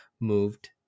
moved